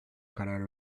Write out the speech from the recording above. karar